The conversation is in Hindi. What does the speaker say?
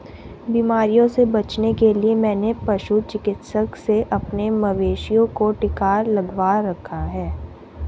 बीमारियों से बचने के लिए मैंने पशु चिकित्सक से अपने मवेशियों को टिका लगवा दिया है